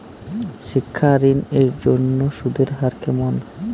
শিক্ষা ঋণ এর জন্য সুদের হার কেমন?